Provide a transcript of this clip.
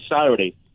Saturday